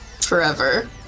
Forever